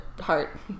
heart